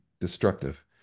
destructive